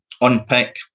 unpick